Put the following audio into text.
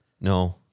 No